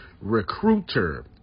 Recruiter